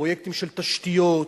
פרויקטים של תשתיות,